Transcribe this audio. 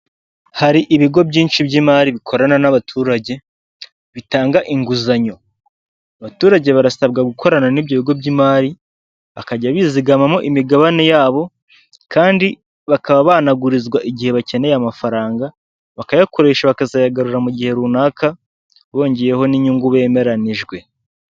Hari ibigo byinshi by'imari bikorana n'abaturage, bitanga inguzanyo abaturage barasabwa gukorana n'ibigo by'imari bakajya bizigamamo imigabane yabo kandi bakaba banagurizwa igihe bakeneye amafaranga bakayakoresha bakazayayagarurira mu gihe runaka bongeyeho n'inyungu bemeranijwe.